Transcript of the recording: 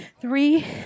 three